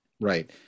Right